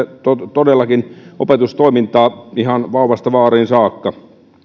todellakin opetustoimintaa ihan vauvasta vaariin saakka